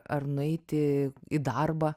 ar nueiti į darbą